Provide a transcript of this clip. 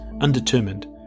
undetermined